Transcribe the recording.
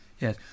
Yes